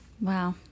Wow